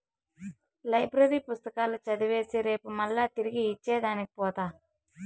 library పుస్తకాలు చదివేసి రేపు మల్లా తిరిగి ఇచ్చే దానికి పోత